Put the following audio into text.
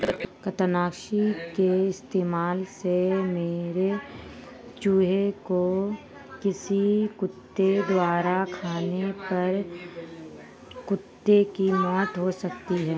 कृतंकनाशी के इस्तेमाल से मरे चूहें को किसी कुत्ते द्वारा खाने पर कुत्ते की मौत हो सकती है